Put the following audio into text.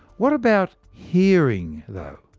what about hearing though?